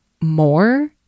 more